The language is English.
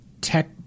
tech